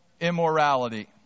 immorality